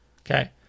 okay